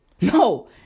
No